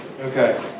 Okay